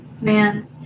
man